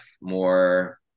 more